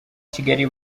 kigali